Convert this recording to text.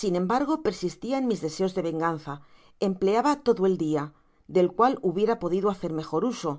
sin embargo persistia en mis deseos de venganza empleaba lodo el dia del cual hubiera podidoiacer mejor uso